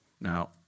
Now